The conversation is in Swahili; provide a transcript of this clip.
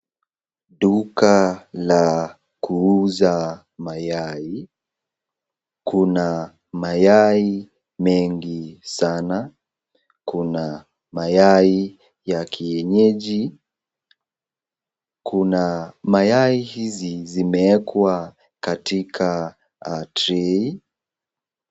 Duka la kuuza mayai. Kuna mayai mengi sana. Kuna mayai ya kienyeji. Kuna mayai hizi zimewekwa katika trei.